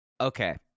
Okay